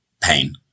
pain